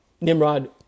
Nimrod